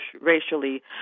racially